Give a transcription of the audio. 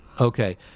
Okay